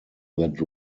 that